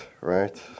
right